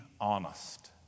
honest